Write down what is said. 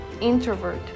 introvert